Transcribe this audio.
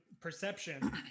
perception